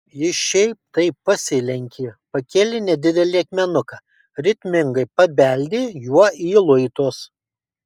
ji šiaip taip pasilenkė pakėlė nedidelį akmenuką ritmingai pabeldė juo į luitus